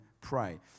pray